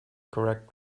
correct